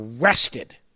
arrested